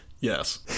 Yes